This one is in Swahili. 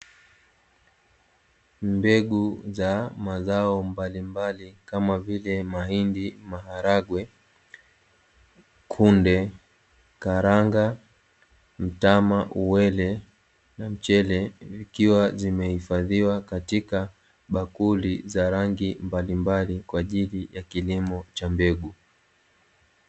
Mbegu za mazao mbalimbali, kama vile: mahindi, maharage, kunde, karanga, mtama, uwele na mchele, zikiwa zimehifadhiwa katika bakuli za rangi mbalimbali kwa ajili ya kilimo cha mbegu.